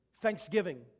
Thanksgiving